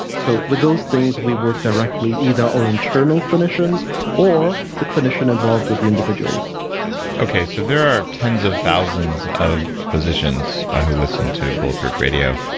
so, with those things, we work directly, either our internal clinicians or the clinician involved with the individual okay, so, there are tens of thousands of physicians ah who listen to bulletproof radio.